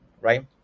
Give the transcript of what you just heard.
right